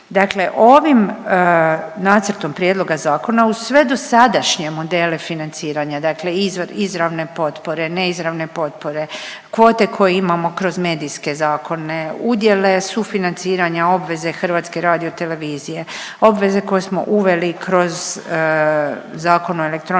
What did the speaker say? Dakle, ovim nacrtom prijedloga zakona uz sve dosadašnje modele financiranja, dakle izrav… izravne potpore, neizravne potpore, kvote koje imamo kroz medijske zakone, udjele sufinanciranja obveze HRT-a, obveze koje smo uveli kroz Zakon o elektroničkim